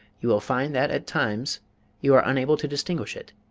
you will find that at times you are unable to distinguish it,